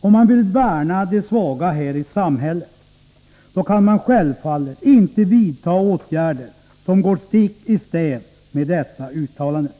om man vill värna de svaga här i samhället, kan man självfallet inte vidta åtgärder som går stick i stäv med dessa uttalanden.